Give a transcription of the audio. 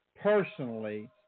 personally